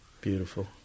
Beautiful